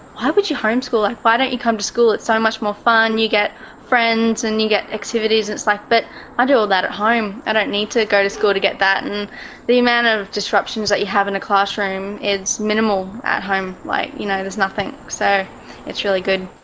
why would you homeschool? like, why don't you come to school? it's so much more fun. you get friends and you get activities and it's like. but i do all that at home. i don't need to go to school to get that, and the amount of disruptions that you have in a classroom is minimal at home. like, you know, there's nothing. so it's really good.